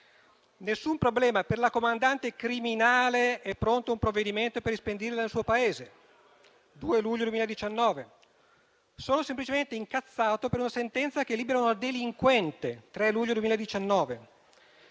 «Nessun problema: per la comandante criminale (...) è pronto un provvedimento per rispedirla nel suo Paese» (2 luglio 2019). «Sono semplicemente incazzato per una sentenza che libera una delinquente» (3 luglio 2019).